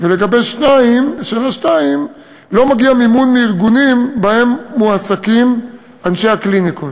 2. לא מגיע מימון מארגונים שבהם מועסקים אנשי הקליניקות.